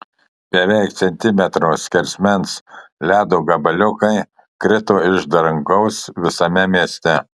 beveik centimetro skersmens ledo gabaliukai krito iš dangaus visame mieste